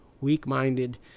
weak-minded